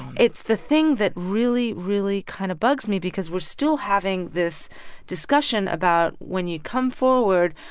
it's the thing that really, really kind of bugs me because we're still having this discussion about, when you come forward,